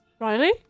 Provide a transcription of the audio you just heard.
Riley